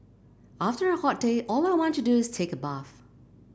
after a hot day all I want to do is take a bath